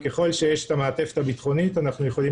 ככל שיש את המעטפת הביטחונית אנחנו יכולים